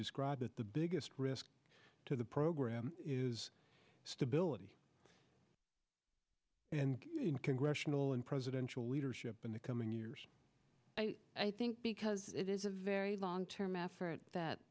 describe that the biggest risk to the program is stability in congressional and presidential leadership in the coming years i think because it is a very long term effort that